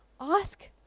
ask